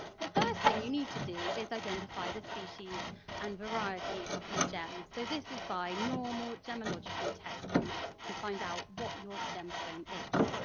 the first thing you need to do is identify the species and variety of the gem, so this is by normal gemmological testing to find out what your gemstone is.